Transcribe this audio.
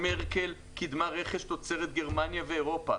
מרקל קידמה רכש תוצרת גרמניה ואירופה,